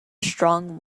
strong